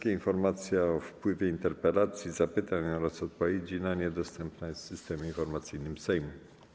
Informacja o wpływie interpelacji, zapytań oraz odpowiedzi na nie dostępna jest w Systemie Informacyjnym Sejmu.